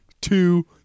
two